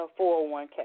401K